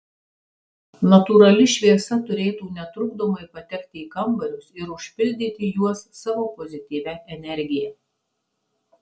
natūrali šviesa turėtų netrukdomai patekti į kambarius ir užpildyti juos savo pozityvia energija